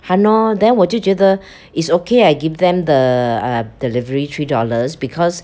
!hannor! then 我就觉得 it's okay I give them the delivery three dollars because